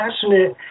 passionate